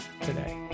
today